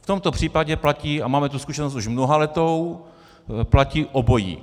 V tomto případě platí, a máme tu zkušenost už mnohaletou, platí obojí.